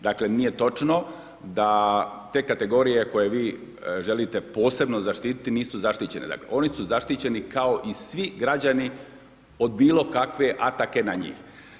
Dakle nije točno da te kategorije koje vi želite posebno zaštititi nisu zaštićene, dakle oni su zaštićeni kao i svi građani od bilokakve ataka na njih.